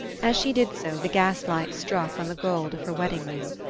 as she did so the gaslight struck on the gold of her wedding-ring.